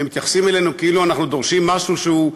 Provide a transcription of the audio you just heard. והם מתייחסים אלינו כאילו אנחנו דורשים משהו שהוא,